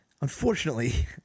unfortunately